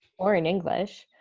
or in english,